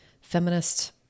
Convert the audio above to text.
feminist